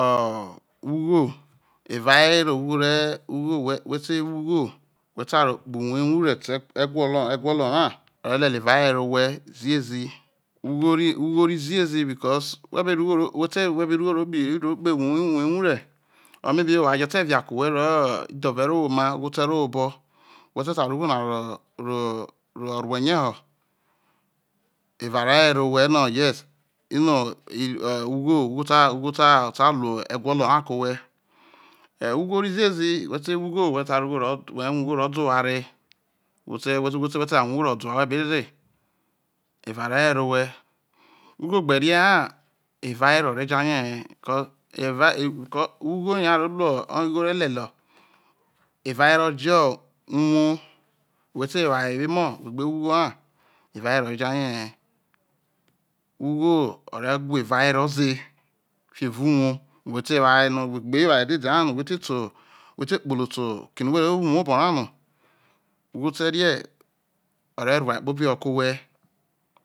Ho oh ugho evawere ughore ugho whe re wo ugho whe sai ro kpoho uwor ewuhre te egwolo egwolo ra o re leke eva were whe ziezi ughori ugho ro ziezi bacause whe be rro ugho whetero ugho whe be rro ugho kpoho uwor ewuhre or maybe oware jo te via ke owhe rro idhove rro owbe oma ugho terro owhe obo whetete ro ugho na rororo mene ho eva re were owhe no yes ino no ooo ugho sui sai ugho sui ru egwolo ra ke owhee ugho rro ziezi whete wo ugho whe sai rrougho ro de oware whe te whe tẹ sai rue ugho no whẹ be ro de oware re evare were owhe ugho gbe nẹ ha eva awe ro re jurie bẹ co eva co ugho yo aro ru oye ugho relele evawero jọ awou whetowo ayewoemo no whe gbe wo ugho ha evawero re jane he ugho ore wha evawero ze fiho evaouwou no whete wo aye no no whe gbe wo oye dede ha whete kpolo le oke no whe ro wo uwor obora no ughote rie o̠re̠ rue ewa rekpobi họ ke̠ owhe